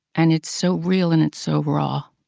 and it's so real and it's so raw.